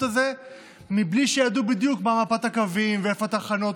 הזה בלי שידעו בדיוק מה מפת הקווים ואיפה התחנות.